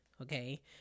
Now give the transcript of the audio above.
Okay